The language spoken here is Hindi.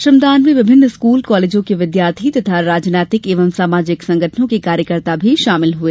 श्रमदान में विभिन्न स्कूल कालेजों के विद्यार्थी तथा राजनैतिक एवं सामाजिक संगठनों के कार्यकर्ता भी शामिल हुए